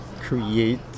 create